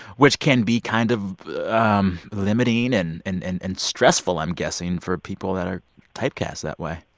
which can be kind of um limiting and and and and stressful, i'm guessing, for people that are typecast that way?